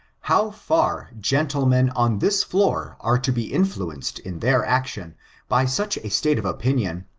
how far gentlemen on this floor are to be influenced in their action by such a state of opinion,